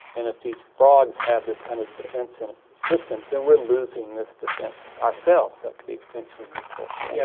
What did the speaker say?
and if these frogs had this kind of defence in its system, then we are losing this defence ourselves, that could be potentially useful for yeah